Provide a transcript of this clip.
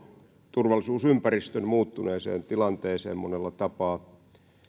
turvallisuusympäristön muuttuneeseen tilanteeseen monella tapaa